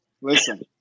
Listen